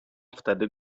wtedy